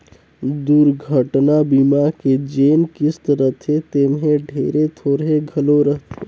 दुरघटना बीमा के जेन किस्त रथे तेम्हे ढेरे थोरहें घलो रहथे